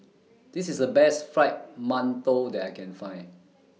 This IS The Best Fried mantou that I Can Find